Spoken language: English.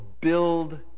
build